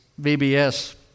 VBS